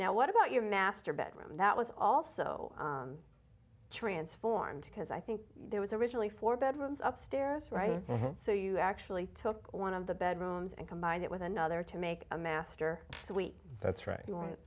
now what about your master bedroom that was also transformed because i think there was originally four bedrooms upstairs right so you actually took one of the bedrooms and combined it with another to make a master suite that's right you want